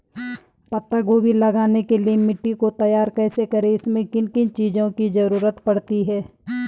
पत्ता गोभी लगाने के लिए मिट्टी को तैयार कैसे करें इसमें किन किन चीज़ों की जरूरत पड़ती है?